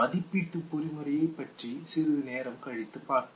மதிப்பீட்டு பொறிமுறையையும் பற்றி சிறிது நேரம் கழித்து பார்ப்போம்